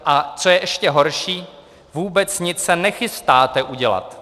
A co je ještě horší, vůbec nic se nechystáte udělat.